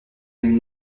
même